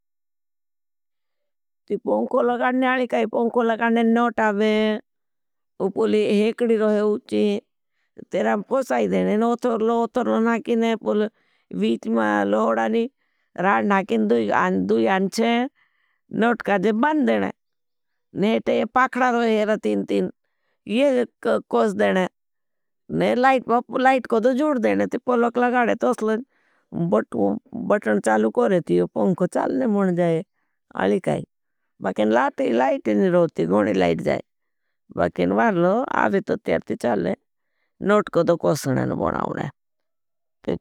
पॉंखो लगानने आली काई, पॉंखो लगानने नोट आवे, उपूली हेकडी रोहे उची, तेरां फोसाई देने, उतरलो, उतरलो नाकिने, वीच में लोधानी राण नाकिने, दुई अनच्छे, नोट काजे बन देने ने ते पाखड़ा रोहे येरा तीन तीन, ये कोस द लगान ने, ने लाइट कोदो जूड देने ती पॉंखो लगानने तोसल जी, बटन चालू करेथी, ये पॉंखो चालने मुण जाए, आली काई, बाकिन लाट लाइट नी रोहती, गोण लाइट जाए, बाकिन बारलो, आवे तो तीर ती चल ने, नोट कोदो कोसने न वराउने।